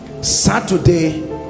Saturday